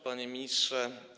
Panie Ministrze!